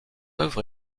œuvre